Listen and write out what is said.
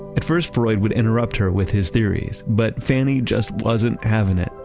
at first, freud would interrupt her with his theories, but fannie just wasn't having it.